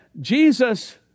Jesus